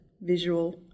visual